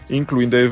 incluindo